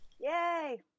Yay